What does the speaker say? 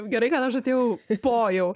gerai kad aš atėjau po jau